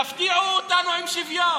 תפתיעו אותנו עם שוויון.